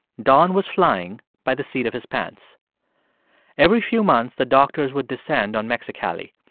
don was flying by the seat of his pants every few months, the doctors would descend on mexicali.